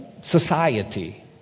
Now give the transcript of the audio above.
society